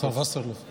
השר וסרלאוף?